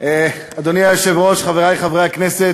אדוני היושב-ראש, חברי חברי הכנסת,